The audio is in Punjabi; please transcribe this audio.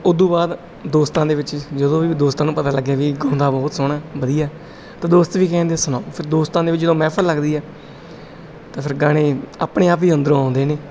ਉਦੋਂ ਬਾਅਦ ਦੋਸਤਾਂ ਦੇ ਵਿੱਚ ਜਦੋਂ ਵੀ ਦੋਸਤਾਂ ਨੂੰ ਪਤਾ ਲੱਗਿਆ ਵੀ ਇਹ ਗਾਉਂਦਾ ਬਹੁਤ ਸੋਹਣਾ ਵਧੀਆ ਤਾਂ ਦੋਸਤ ਵੀ ਕਹਿੰਦੇ ਸੁਣਾਓ ਫਿਰ ਦੋਸਤਾਂ ਦੇ ਵਿੱਚ ਜਦੋਂ ਮਹਿਫਲ ਲੱਗਦੀ ਹੈ ਤਾਂ ਫਿਰ ਗਾਣੇ ਆਪਣੇ ਆਪ ਹੀ ਅੰਦਰੋਂ ਆਉਂਦੇ ਨੇ